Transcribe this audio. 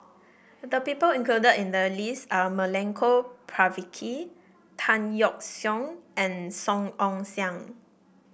the people included in the list are Milenko Prvacki Tan Yeok Seong and Song Ong Siang